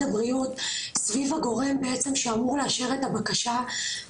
הבריאות סביב הגורם בעצם שאמור לאשר את הבקשה.